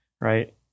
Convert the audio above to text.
right